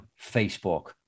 Facebook